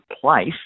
place